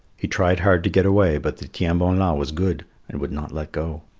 he tried hard to get away, but the tiens-bon-la was good and would not let go.